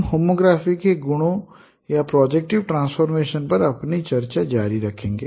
हम होमोग्राफी के गुणों या प्रोजेक्टिव ट्रांसफॉर्मेशन पर अपनी चर्चा जारी रखेंगे